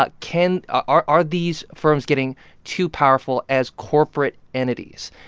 but can are are these firms getting too powerful as corporate entities?